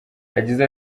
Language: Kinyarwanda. yagize